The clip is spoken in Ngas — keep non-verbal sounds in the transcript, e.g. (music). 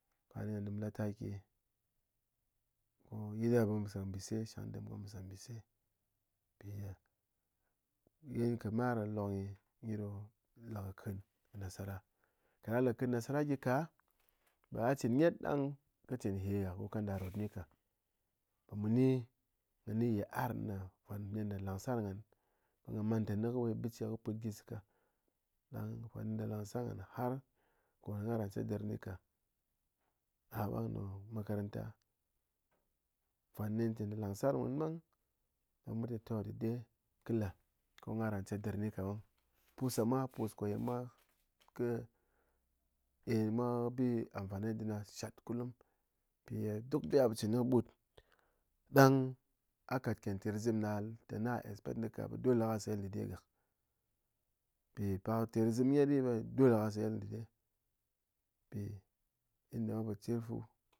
Ɓa ni ghá ɗem la taki ko yi ɗa ɓe mu sa nbise shang ɗem ɓe mu sa nbise mpiye yin kɨ mar lokloknyi ɗo lek kɨn nasara kaɗang a le kɨn nasara gyi ka, ɓe gha chin nyɨt dang kɨ chin hye gha ko kanda ghá rot nyi ka ɓe muni ghá ni yit'ar na nfwán nen ɗa lang sar ghán gha man tenɨ kɨ we bice put gyi zaka ɗang fwan ɗa lang sar ghán har ko ye gha ran cheɗɨr kɨni ká (unintelligible) ɓang ɓe makaranta, fwan nen che po lang sar mun ɓang ɓe mun te to dɨɗe kɨ le ko gha ra cheɗɨr ni ka ɓang, pus ɗa mwa pus ko ye mwa kɨ eh mwa kɨ bi amfane dɨna shat kulum mpi ye duk bi ye ghá po chin kɨni kɨɓut ɗang a kat ken ter kɨzém ná tɨna expect kɨnika ɓe dole ko gha se yil dɨɗe gak, mpi pak ter kɨzém nyit ɓe, dole ko ghá se yil dɨde mpi yada ghan po chen fu